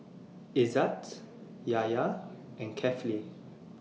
Izzat Yahya and Kefli